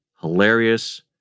hilarious